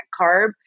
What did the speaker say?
carb